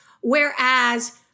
whereas